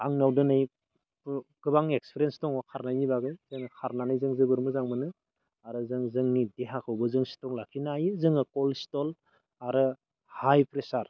आंनाव दिनै गोबां एक्सपिरियेन्स दङ खारनायनि बागै खारनानै जों जोबोर मोजां मोनो आरो जों जोंनि देहाखौबो जों स्ट्रं लाखिनो हायो जोङो कलेस्ट्रल आरो हाइ प्रेसार